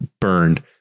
burned